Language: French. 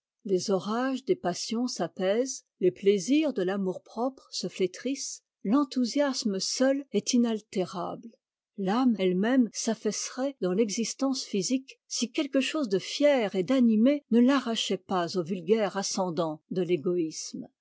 les orages des passions s'apaisent les plaisirs de l'amour-propre se flétrissent l'enthousiasme seul est inaltérable âme elle-même s'affaisserait dans l'existence physique si quelque chose de fier et d'animé ne l'arrachait pas au vulgaire ascendant de fégoïsme